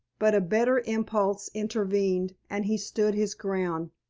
but a better impulse intervened and he stood his ground.